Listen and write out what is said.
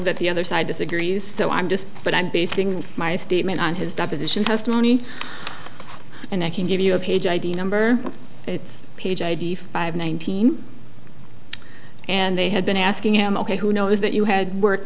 that the other side disagrees so i'm just but i'm basing my statement on his deposition testimony and i can give you a page id number it's page id five nineteen and they had been asking him ok who knows that you had work